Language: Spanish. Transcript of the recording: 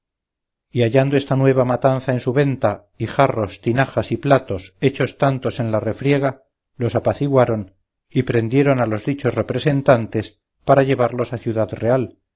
y hallando esta nueva matanza en su venta y jarros tinajas y platos hechos tantos en la refriega los apaciguaron y prendieron a los dichos representantes para llevarlos a ciudad real